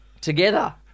together